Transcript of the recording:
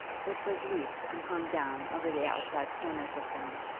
which was loose and hung down over the outside corners of them,